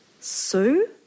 Sue